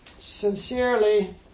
sincerely